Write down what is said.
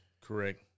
Correct